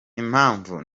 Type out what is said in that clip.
impamvu